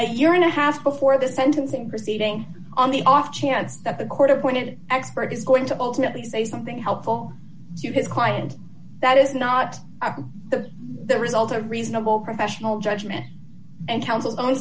a year and a half before the sentencing proceeding on the off chance that the court appointed expert is going to ultimately say something helpful to his client that is not the result of reasonable professional judgment and counsel's own